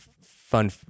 fun